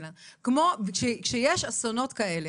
כשיש אסונות כאלה?